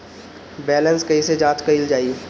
Balance कइसे जांच कइल जाइ?